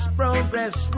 progress